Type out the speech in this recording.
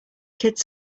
kids